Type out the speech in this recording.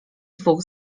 dwóch